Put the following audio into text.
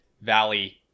Valley